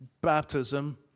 baptism